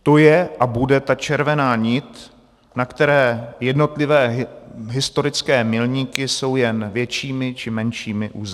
To je a bude ta červená nit, na které jednotlivé historické milníky jsou jen většími či menšími uzly.